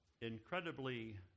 incredibly